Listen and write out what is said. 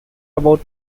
about